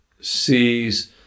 sees